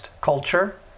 culture